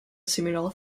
similar